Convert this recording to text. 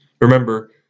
Remember